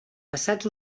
passats